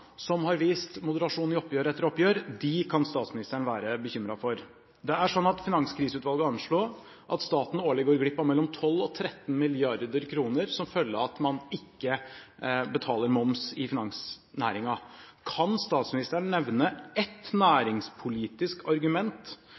som har vist moderasjon i oppgjør etter oppgjør – kan statsministeren være bekymret for. Det er sånn at Finanskriseutvalget anslår at staten årlig går glipp av mellom 12 mrd. kr og 13 mrd. kr som følge av at man ikke betaler moms i finansnæringen. Kan statsministeren nevne ett næringspolitisk argument